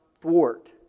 thwart